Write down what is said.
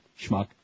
schmuck